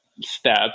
step